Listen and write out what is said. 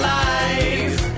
life